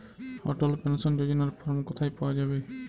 অটল pension যোজনার form কোথায় পাওয়া যাবে?